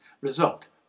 result